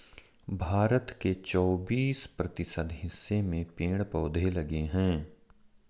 भारत के चौबिस प्रतिशत हिस्से में पेड़ पौधे लगे हैं